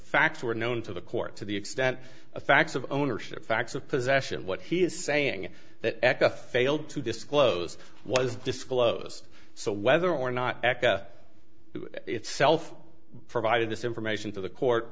facts were known to the court to the extent of facts of ownership facts of possession what he is saying that aca failed to disclose was disclosed so whether or not itself provided this information to the court